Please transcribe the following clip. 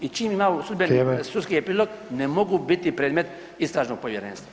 I čim imaju sudski epilog ne mogu biti predmet istražnog povjerenstva.